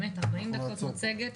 40 דקות של מצגת,